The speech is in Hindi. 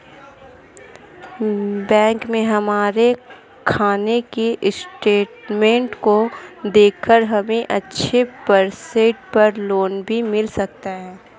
बैंक में हमारे खाने की स्टेटमेंट को देखकर हमे अच्छे परसेंट पर लोन भी मिल सकता है